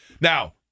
Now